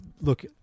look